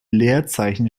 leerzeichen